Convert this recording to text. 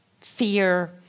fear